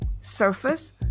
surface